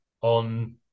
on